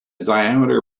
diameter